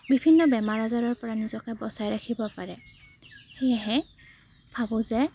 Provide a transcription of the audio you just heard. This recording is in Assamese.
বিভিন্ন বেমাৰ আজাৰৰপৰা নিজকে বচাই ৰাখিব পাৰে সেয়েহে ভাবোঁ যে